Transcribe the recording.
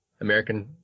american